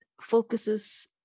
focuses